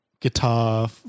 guitar